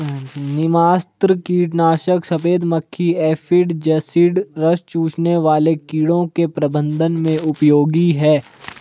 नीमास्त्र कीटनाशक सफेद मक्खी एफिड जसीड रस चूसने वाले कीड़ों के प्रबंधन में उपयोगी है